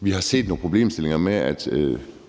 vi har set nogle problemstillinger